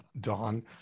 dawn